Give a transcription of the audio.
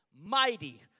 mighty